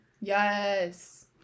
Yes